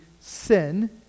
sin